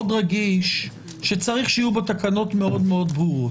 רגיש שצריך שיהיו בו תקנות מאוד מאוד ברורות.